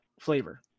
flavor